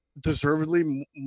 deservedly